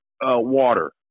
water